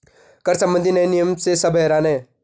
कर संबंधी नए नियम से सब हैरान हैं